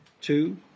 Two